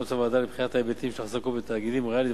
בהתחשב בהמלצות הוועדה לבחינת ההיבטים של אחזקות בתאגידים ריאליים,